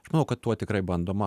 aš manau kad tuo tikrai bandoma